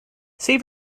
save